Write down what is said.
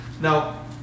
Now